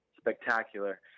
spectacular